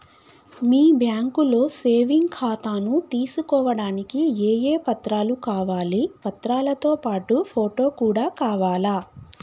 మీ బ్యాంకులో సేవింగ్ ఖాతాను తీసుకోవడానికి ఏ ఏ పత్రాలు కావాలి పత్రాలతో పాటు ఫోటో కూడా కావాలా?